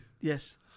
Yes